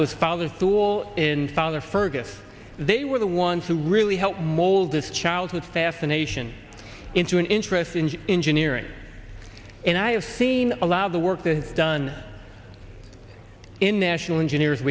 it was father school in father fergus they were the ones who really helped mold this child with fascination into an interest in engineering and i have seen a lot of the work that is done in national engineers